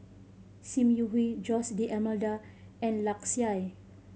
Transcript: Sim Yi Hui Jose D'Almeida and Lark Sye